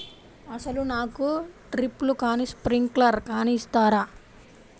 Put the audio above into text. అసలు నాకు డ్రిప్లు కానీ స్ప్రింక్లర్ కానీ ఇస్తారా?